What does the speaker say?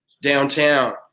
downtown